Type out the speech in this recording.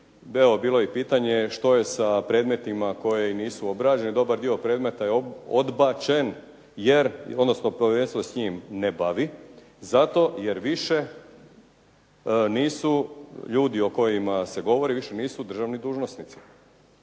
bilo je pitanje što je sa predmetima koji nisu obrađeni? Dobar dio predmeta je odbačen, jer se povjerenstvo s njim ne bavi, zato jer više ljudi o kojima se govori, više nisu državni dužnosnici.